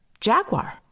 jaguar